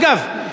שאגב,